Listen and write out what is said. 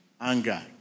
anger